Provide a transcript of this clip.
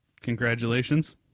congratulations